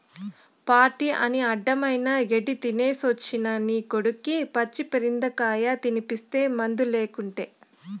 party అని అడ్డమైన గెడ్డీ తినేసొచ్చిన నీ కొడుక్కి పచ్చి పరిందకాయ తినిపిస్తీ మందులేకుటే